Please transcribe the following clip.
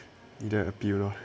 the appeal 咯